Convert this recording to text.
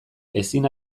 ezin